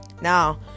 now